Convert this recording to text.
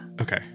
okay